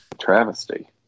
travesty